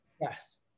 Yes